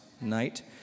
night